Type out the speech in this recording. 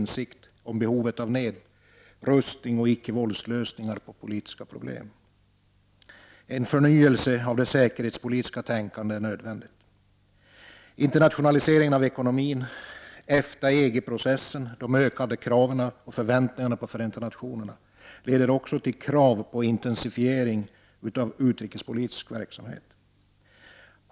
1989/90:101 insikt om behovet av nedrustning och icke-våldslösningar på politiska pro — 5 april 1990 blem. En förnyelse av det säkerhetspolitiska tänkandet är nödvändig. Internationaliseringen av ekonomin, EFTA-EG-processen och de ökande kraven och förväntningarna på Förenta nationerna leder också till krav på intensifiering av utrikespolitisk verksamhet.